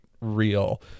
real